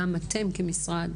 גם אתם כמשרד,